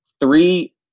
three